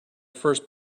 first